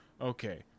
Okay